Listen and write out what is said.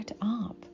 up